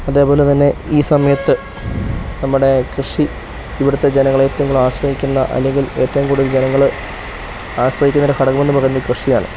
അതേപോലെ തന്നെ ഈ സമയത്ത് നമ്മുടെ കൃഷി ഇവിടുത്തെ ജനങ്ങൾ ഏറ്റവും കൂടുതൽ ആശ്രയിക്കുന്ന അല്ലെങ്കിൽ ഏറ്റവും കൂടുതൽ ജനങ്ങൾ ആശ്രയിക്കുന്ന ഒരു ഘടകം എന്ന് പറയുന്നത് കൃഷിയാണ്